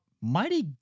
mighty